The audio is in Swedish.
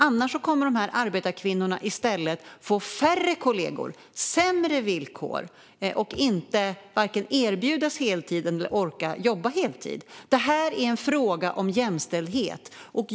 Annars kommer arbetarkvinnorna i stället att få färre kollegor, sämre villkor och varken erbjudas heltid eller orka jobba heltid. Det är en fråga om jämställdhet.